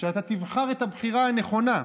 שאתה תבחר את הבחירה הנכונה,